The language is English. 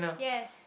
yes